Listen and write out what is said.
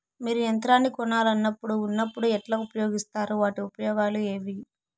మీరు యంత్రాన్ని కొనాలన్నప్పుడు ఉన్నప్పుడు ఎట్లా ఉపయోగిస్తారు వాటి ఉపయోగాలు ఏవి?